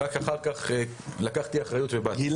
רק אחר כך לקחתי אחריות ובאתי רק בריאות.